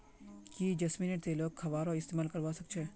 की जैस्मिनेर तेलक खाबारो इस्तमाल करवा सख छ